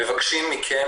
מבקשים מכם,